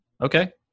Okay